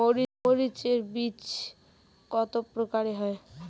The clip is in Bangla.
মরিচ এর বীজ কতো প্রকারের হয়?